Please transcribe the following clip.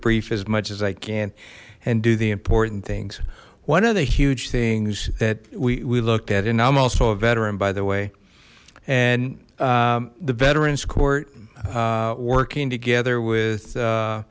brief as much as i can and do the important things one of the huge things that we looked at and i'm also a veteran by the way and the veterans court working together with